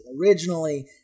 Originally